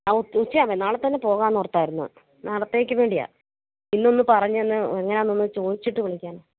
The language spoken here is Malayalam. ആ ഉച്ച ആകുമ്പോൾ നാളെത്തന്നെ പോകാമെന്നോർത്തായിരുന്നു നാളത്തേക്ക് വേണ്ടിയാണ് ഇല്ലെന്നു പറഞ്ഞതെന്ന് ഞാൻ ഒന്ന് ചോദിച്ചിട്ടു വിളിക്കാൻ